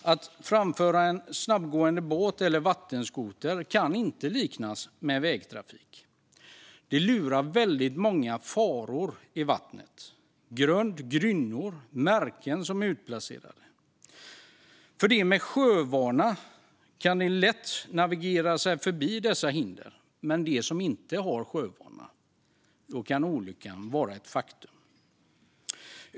Att framföra en snabbgående båt eller en vattenskoter kan inte liknas vid vägtrafik. Det lurar väldigt många faror i vattnet: grund, grynnor och märken som är utplacerade. De med sjövana kan lätt navigera sig förbi dessa hinder, men för dem som inte har sjövana kan olyckan vara ett faktum.